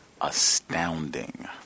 astounding